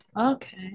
Okay